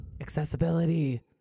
Accessibility